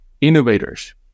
innovators